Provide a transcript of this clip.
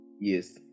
yes